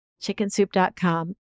chickensoup.com